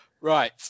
Right